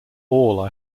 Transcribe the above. all